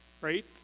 Right